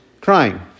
crying